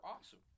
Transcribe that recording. awesome